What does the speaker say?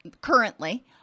currently